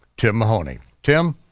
tim mahoney. tim,